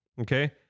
okay